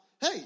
hey